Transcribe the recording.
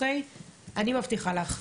אני מבטיחה לך,